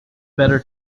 better